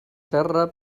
terra